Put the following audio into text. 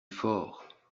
fort